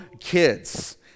kids